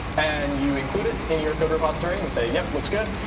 and you include it in your code repository and say, yep, looks good.